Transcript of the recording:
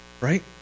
right